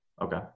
Okay